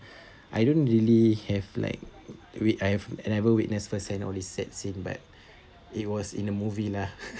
I don't really have like we~ I've ever witnessed first and only said but it was in the movie lah